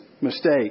mistake